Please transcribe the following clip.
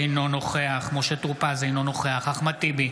אינו נוכח משה טור פז, אינו נוכח אחמד טיבי,